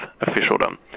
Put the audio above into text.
officialdom